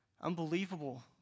Unbelievable